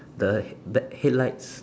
the the headlights